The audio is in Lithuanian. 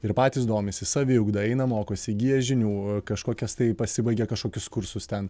ir patys domisi saviugda eina mokosi įgyja žinių kažkokias tai pasibaigia kažkokius kursus ten